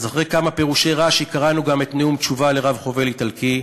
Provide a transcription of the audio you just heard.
אז אחרי כמה פירושי רש"י קראנו גם את "נאום תשובה לרב-חובל איטלקי",